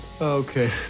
Okay